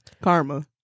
Karma